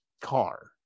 car